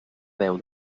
déu